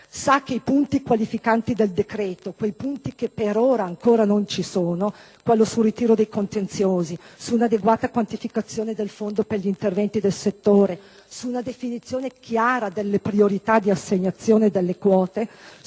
sa che i punti qualificanti del decreto, quei punti che per ora ancora non ci sono (il ritiro dei contenziosi, un'adeguata quantificazione del fondo per gli interventi nel settore, una definizione chiara delle priorità di assegnazione delle quote,